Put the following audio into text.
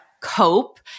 cope